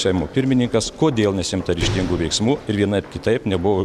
seimo pirmininkas kodėl nesiimta ryžtingų veiksmų ir vienaip kitaip nebuvo